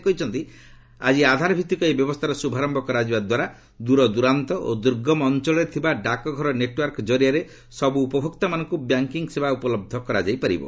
ସେ କହିଛନ୍ତି ଆଜି ଆଧାର ଭିଭିକ ଏହି ବ୍ୟବସ୍ଥାର ଶୁଭାରମ୍ଭ କରାଯିବା ଦ୍ୱାରା ଦୂରଦୂରାନ୍ତ ଓ ଦୁର୍ଗମ ଅଞ୍ଚଳରେ ଥିବା ଡାକଘର ନେଟ୍ୱର୍କ ଜରିଆରେ ସବୁ ଉପଭୋକ୍ତାମାନଙ୍କୁ ବ୍ୟାଙ୍କିଙ୍ଗ୍ ସେବା ଉପଲହ୍ଧ କରାଯାଇ ପାରିବ